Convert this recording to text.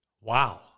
wow